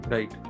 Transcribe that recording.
Right